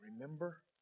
remember